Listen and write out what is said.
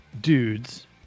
dudes